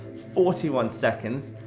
forty one seconds,